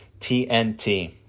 TNT